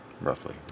roughly